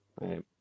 Right